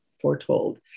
foretold